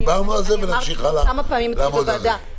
דיברנו על זה ונמשיך הלאה לעמוד על זה.